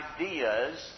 ideas